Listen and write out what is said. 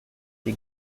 die